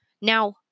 Now